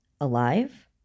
Alive